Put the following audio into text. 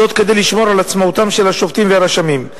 וזאת כדי לשמור על עצמאותם של השופטים והרשמים.